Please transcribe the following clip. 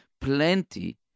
plenty